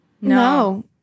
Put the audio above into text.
No